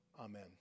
Amen